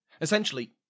Essentially